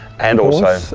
and also. horse?